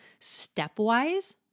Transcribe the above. stepwise